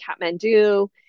Kathmandu